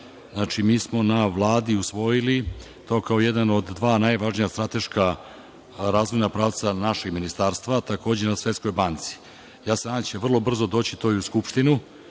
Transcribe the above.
Mi smo na Vladi usvojili to kao jedan od dva najvažnija strateška razvojna pravca našeg Ministarstva, takođe na Svetskoj banci. Ja se nadam da će vrlo brzo doći to i u Skupštinu.